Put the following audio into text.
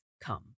come